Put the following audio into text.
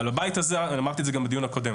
אני אמרתי גם בדיון הקודם,